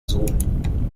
sohn